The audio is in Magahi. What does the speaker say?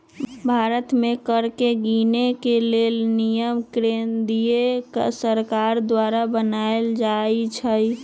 भारत में कर के गिनेके लेल नियम केंद्रीय सरकार द्वारा बनाएल जाइ छइ